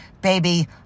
baby